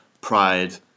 pride